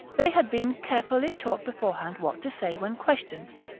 they had been carefully taught beforehand what to say when questioned.